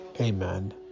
Amen